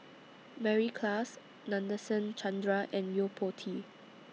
Mary Klass Nadasen Chandra and Yo Po Tee